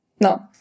No